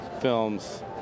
films